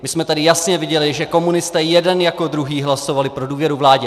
My jsme tady jasně viděli, že komunisté jeden jako druhý hlasovali pro důvěru vládě.